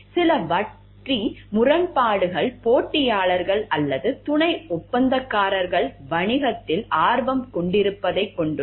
சில வட்டி முரண்பாடுகள் போட்டியாளர்கள் அல்லது துணை ஒப்பந்தக்காரர்கள் வணிகத்தில் ஆர்வம் கொண்டிருப்பதைக் கொண்டுள்ளது